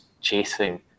chasing